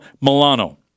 Milano